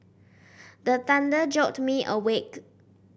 the thunder jolt me awake